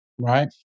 right